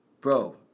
bro